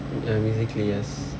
ya Musically yes